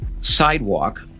sidewalk